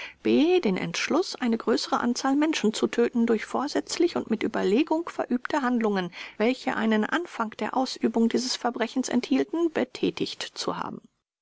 den entschluß eine größere anzahl menschen zu töten durch vorsätzlich und mit überlegung verübte handlungen welche einen anfang der ausführung dieses verbrechens enthielten betätigt zu haben